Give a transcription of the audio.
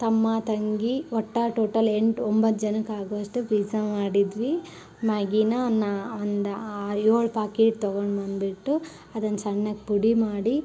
ತಮ್ಮ ತಂಗಿ ಒಟ್ಟು ಟೋಟಲ್ ಎಂಟು ಒಂಬತ್ತು ಜನಕ್ಕೆ ಆಗುವಷ್ಟು ಪೀಝ ಮಾಡಿದ್ವಿ ಮ್ಯಾಗಿನ ನಾನು ಒಂದು ಆರು ಏಳು ಪಾಕೇಟ್ ತೊಗೊಂಡು ಬಂದ್ಬಿಟ್ಟು ಅದನ್ನ ಸಣ್ಣಕೆ ಪುಡಿ ಮಾಡಿ